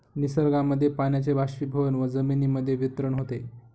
निसर्गामध्ये पाण्याचे बाष्पीभवन व जमिनीमध्ये वितरण होते